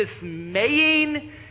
dismaying